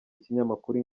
ikinyamakuru